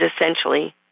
essentially